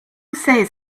says